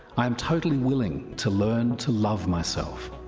i am totally willing to learn to love myself.